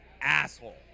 asshole